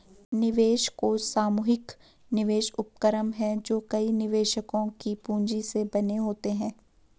निवेश कोष सामूहिक निवेश उपक्रम हैं जो कई निवेशकों की पूंजी से बने होते हैं